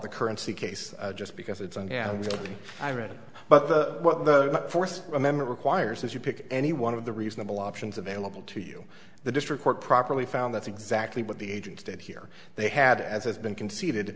the currency case just because it's a yeah i read it but the what the fourth amendment requires is you pick any one of the reasonable options available to you the district court properly found that's exactly what the agents did here they had as has been conce